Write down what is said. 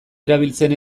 erabiltzen